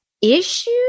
issue